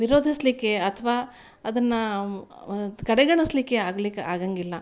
ವಿರೋಧಿಸ್ಲಿಕ್ಕೆ ಅಥ್ವ ಅದನ್ನು ಕಡೆಗಣಿಸ್ಲಿಕ್ಕೆ ಆಗ್ಲಿಕ್ಕೆ ಆಗೋಂಗಿಲ್ಲ